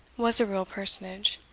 was a real personage.